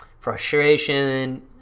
Frustration